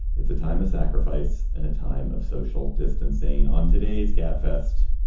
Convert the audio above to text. it's a time of sacrifice in a time of social distancing. on today's gabfest,